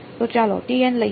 તો ચાલો લઈએ